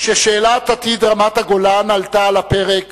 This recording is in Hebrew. כששאלת עתיד רמת-הגולן עלתה על הפרק